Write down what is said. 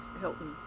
Hilton